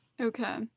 Okay